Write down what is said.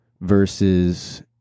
versus